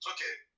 Okay